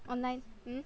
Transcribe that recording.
online mm